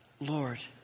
Lord